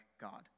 God